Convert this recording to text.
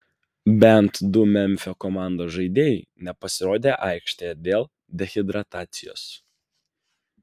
bent du memfio komandos žaidėjai nepasirodė aikštėje dėl dehidratacijos